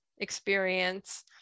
experience